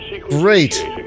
Great